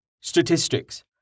statistics